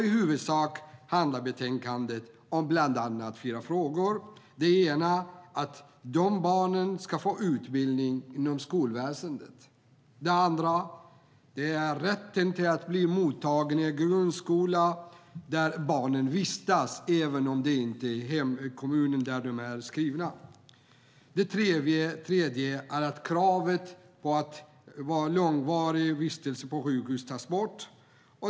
I huvudsak handlar betänkandet om fyra frågor: Det första är att barnen ska få utbildning inom skolväsendet. Det andra är rätten att bli mottagen i en grundskola på den ort där barnen vistas även om det inte är den kommun där de är skriva. Det tredje är att kravet "långvarig vistelse" på sjukhus tas bort.